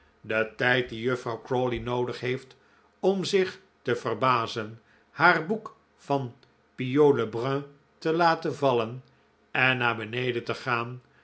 den tijd dien juffrouw crawley noodig heeft om zich te verbazen haar boek van pigault le brun te lateu vallen en naar beneden te gaan